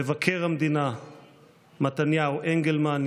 מבקר המדינה מתניהו אנגלמן,